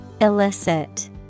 Illicit